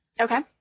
Okay